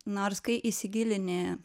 nors kai įsigilini